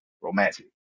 romantic